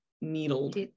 needled